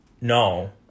no